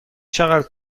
چقدر